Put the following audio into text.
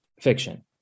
fiction